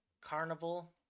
carnival